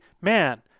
man